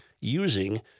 using